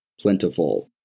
plentiful